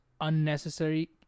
unnecessary